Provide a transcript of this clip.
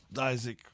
Isaac